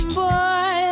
boy